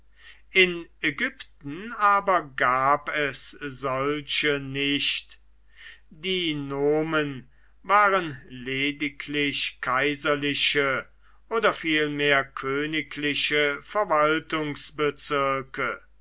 in ägypten aber gab es solche nicht die nomen waren lediglich kaiserliche oder vielmehr königliche